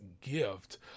gift